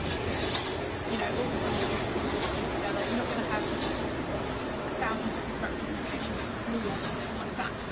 because you know all of a sudden all of these colors are gonna come together. you're not gonna have sort of one sort of thousand different representations for blue or something like that.